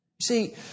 See